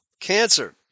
cancer